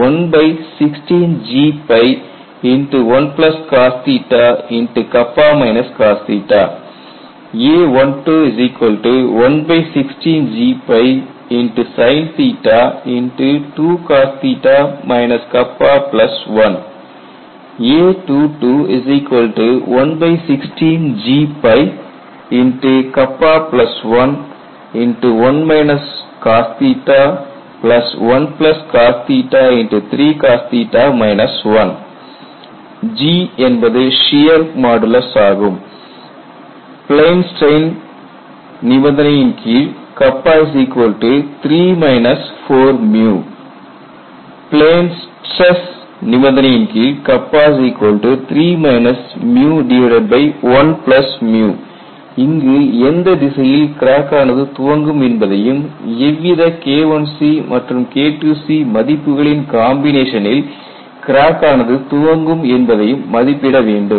a11116G1cos a12116Gsin2cos 1 a22116G11cos G shear modulus 3 4 plane strain 3 1 plane stress இங்கு எந்த திசையில் crack ஆனது துவங்கும் என்பதையும் எவ்வித K1C மற்றும் KIIC மதிப்புகளின் காம்பினேஷனில் கிராக் ஆனது துவங்கும் என்பதையும் மதிப்பிட வேண்டும்